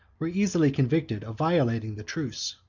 were easily convicted of violating the truce.